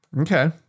okay